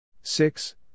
six